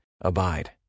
Abide